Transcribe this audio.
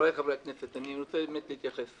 חבריי חברי הכנסת, אני רוצה להתייחס.